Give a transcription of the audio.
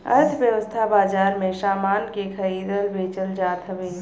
अर्थव्यवस्था बाजार में सामान के खरीदल बेचल जात हवे